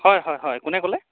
হয় হয় হয় কোনে ক'লে